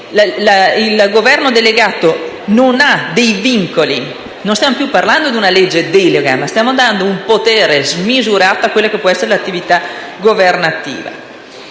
il Governo delegato non ha dei vincoli, non stiamo più parlando di una legge delega, ma stiamo dando un potere smisurato all'attività governativa.